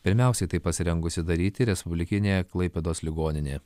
pirmiausiai tai pasirengusi daryti respublikinė klaipėdos ligoninė